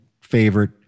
favorite